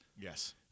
Yes